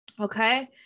okay